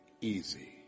easy